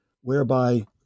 whereby